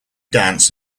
dance